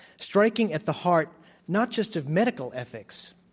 striking at the heart not just of medical ethics,